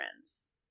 friends